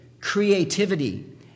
creativity